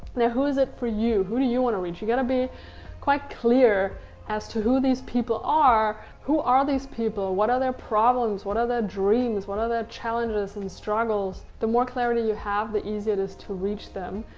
who is it for you? who do you wanna reach? you gotta be quite clear as to who these people are. who are these people? what are their problems? what are their dreams? what are their challenges and struggles? the more clarity you have, the easier it is to reach them.